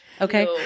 Okay